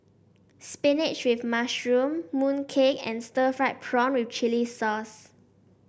spinach with mushroom mooncake and Stir Fried Prawn with Chili Sauce